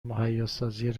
مهیاسازی